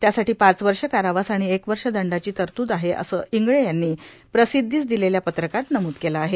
त्यासाठी पाच वर्षे कारावास आणि एक वर्ष दंडाची तरतूद आहेए असं इंगळे यांनी प्रसिद्धीस दिलेल्या पत्रकात नमूद केलं आहे